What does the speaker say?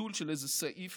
ביטול של איזה סעיף